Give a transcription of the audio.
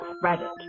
credit